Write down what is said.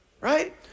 right